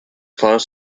close